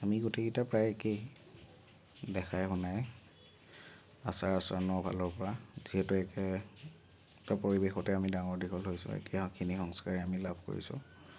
আমি গোটেইকেইটা প্ৰায় একেই দেখাই শুনাই আচাৰ আচৰণৰ ফালৰ পৰা যিহেতু একেটা পৰিৱেশতে আমি ডাঙৰ দীঘল হৈছোঁ আৰু একেখিনি সংস্কাৰে আমি লাভ কৰিছোঁ